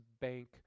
bank